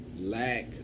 lack